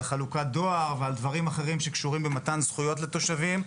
על חלוקת דואר ועל דברים אחרים שקשורים במתן זכויות לתושבים.